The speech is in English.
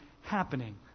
happening